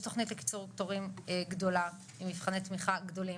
יש תכנית לקיצור תורים גדולה עם מבחני תמיכה גדולים,